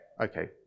okay